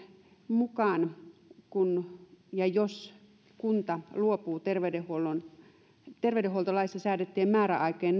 mukaan kun ja jos kunta luopuu terveydenhuoltolaissa säädettyjen määräaikojen